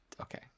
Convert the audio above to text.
Okay